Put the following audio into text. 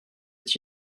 est